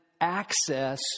access